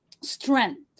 strength